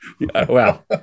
Wow